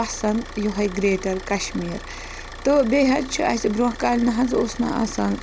پسنٛد یِہوٚے گرٛیٹَر کشمیٖر تہٕ بیٚیہِ حظ چھِ اَسہِ برٛونٛہہ کالہِ نَہ حظ اوس نہٕ آسان